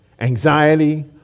anxiety